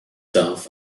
darf